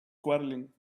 quarrelling